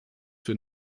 für